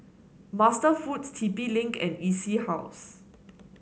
MasterFoods T P Link and E C House